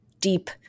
deep